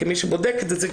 כמי שבודקת את זה,